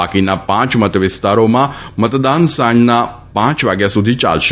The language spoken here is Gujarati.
બાકીના પાંચ મતવિસ્તારોમાં મતદાન સાંજના પાંચ વાગ્યા સુધી ચાલશે